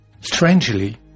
Strangely